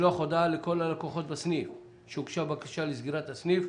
לשלוח הודעה לכל הלקוחות בסניף שהוגשה בקשה לסגירת הסניף,